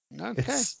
Okay